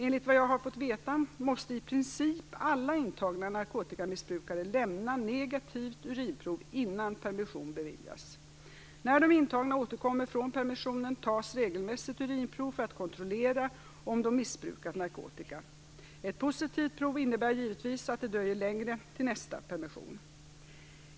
Enligt vad jag har fått veta måste i princip alla intagna narkotikamissbrukare lämna negativt urinprov innan permission beviljas. När de intagna återkommer från permissionen tas regelmässigt urinprov för att kontrollera om de missbrukat narkotika. Ett positivt prov innebär givetvis att det dröjer längre till nästa permission.